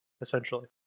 essentially